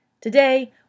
Today